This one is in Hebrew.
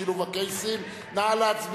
שילוב קייסים במועצה דתית) נא להצביע.